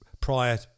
prior